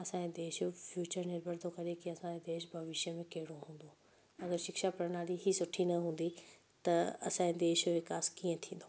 असांजे देश जो फ़्यूचर निर्भर थो करे असांजो देश भविष्य में कहिड़ो हूंदो अगरि शिक्षा प्रणाली ई सुठी न हूंदी त असांजे देश जो विकास कीअं थींदो